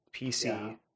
PC